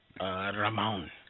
Ramon